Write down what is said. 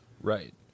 Right